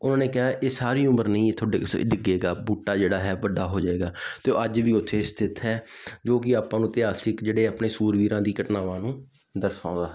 ਉਹਨਾਂ ਨੇ ਕਿਹਾ ਇਹ ਸਾਰੀ ਉਮਰ ਨਹੀਂ ਇੱਥੋਂ ਡਿਗ ਸਕ ਡਿੱਗੇਗਾ ਬੂਟਾ ਜਿਹੜਾ ਹੈ ਵੱਡਾ ਹੋ ਜਾਏਗਾ ਅਤੇ ਉਹ ਅੱਜ ਵੀ ਉੱਥੇ ਸਥਿਤ ਹੈ ਜੋ ਕਿ ਆਪਾਂ ਨੂੰ ਇਤਿਹਾਸਿਕ ਜਿਹੜੇ ਆਪਣੇ ਸੂਰਬੀਰਾਂ ਦੀ ਘਟਨਾਵਾਂ ਨੂੰ ਦਰਸਾਉਂਦਾ ਹੈ